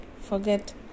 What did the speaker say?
forget